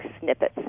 snippets